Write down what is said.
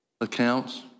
accounts